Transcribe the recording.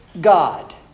God